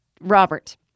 Robert